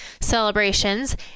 Celebrations